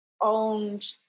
owned